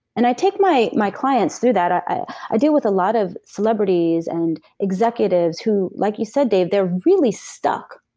and i take my my clients through that. i i deal with a lot of celebrities and executives who, like you said, dave, they're really stuck,